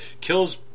kills